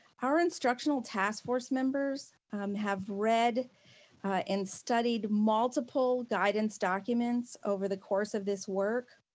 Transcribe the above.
our instructional task force members have read and studied multiple guidance documents over the course of this work.